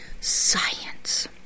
science